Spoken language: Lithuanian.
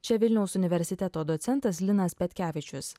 čia vilniaus universiteto docentas linas petkevičius